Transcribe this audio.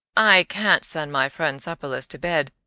i can't send my friend supperless to bed.